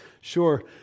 sure